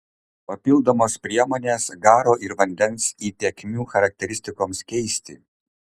papildomos priemonės garo ir vandens įtekmių charakteristikoms keisti